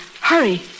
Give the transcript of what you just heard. Hurry